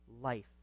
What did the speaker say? life